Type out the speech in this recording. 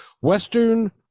Western